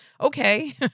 Okay